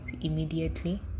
immediately